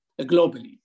globally